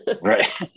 right